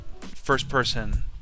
first-person